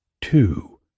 two